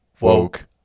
Woke